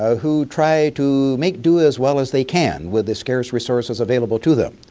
ah who try to make do as well as they can with the scarce resources available to them.